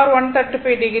R135o